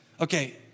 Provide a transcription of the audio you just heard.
Okay